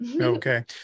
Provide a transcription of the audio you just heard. Okay